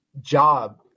job